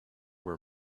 were